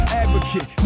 advocate